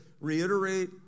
reiterate